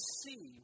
see